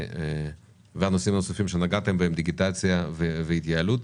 ונושאים נוספים שנגעתם בהם: דיגיטציה והתייעלות.